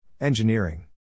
Engineering